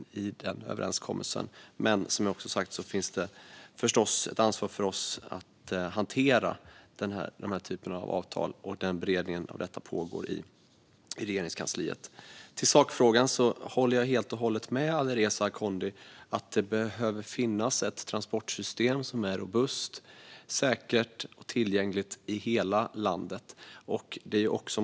Vi har dock givetvis ett ansvar att hantera denna typ av avtal, och denna beredning pågår som sagt i Regeringskansliet. Så till sakfrågan. Jag håller helt och hållet med Alireza Akhondi om att det behöver finnas ett transportsystem som är robust, säkert och tillgängligt i hela landet.